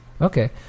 Okay